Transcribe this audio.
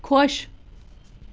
خۄش